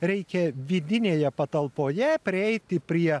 reikia vidinėje patalpoje prieiti prie